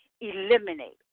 eliminate